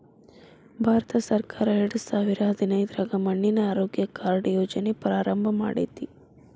ಭಾರತಸರ್ಕಾರ ಎರಡಸಾವಿರದ ಹದಿನೈದ್ರಾಗ ಮಣ್ಣಿನ ಆರೋಗ್ಯ ಕಾರ್ಡ್ ಯೋಜನೆ ಪ್ರಾರಂಭ ಮಾಡೇತಿ